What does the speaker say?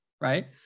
Right